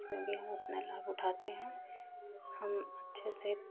उसमें भी हम अपना लाभ उठाते हैं हम अच्छे से